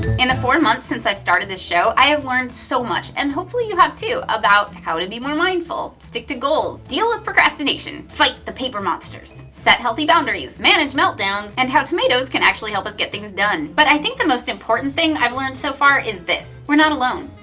in the four months since i started this show i have learned so much and hopefully you have too you about how to be more mindful, stick to goals, deal with procrastination, fight the paper monsters, set healthy boundaries, manage meltdowns, and how tomatoes can actually help us get things done. but i think the most important thing i've learned so far is this we're not alone.